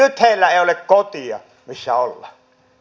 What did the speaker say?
nyt heillä ei ole kotia missä olla